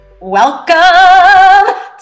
Welcome